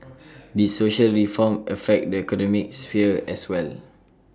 these social reforms affect the economic sphere as well